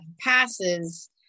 passes